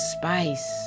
spice